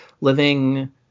living